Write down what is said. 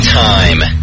time